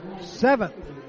seventh